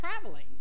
traveling